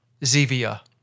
Zevia